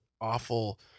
awful